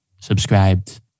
subscribed